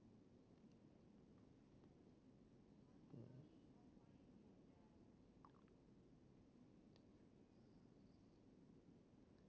hmm